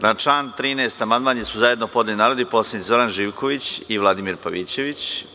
Na član 13. amandman su zajedno podneli narodni poslanici Zoran Živković i Vladimir Pavićević.